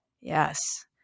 Yes